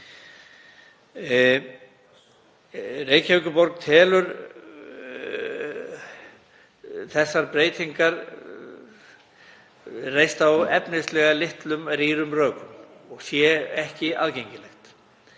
Reykjavíkurborg telur þessar breytingar reistar á efnislega rýrum rökum og þær séu ekki aðgengilegar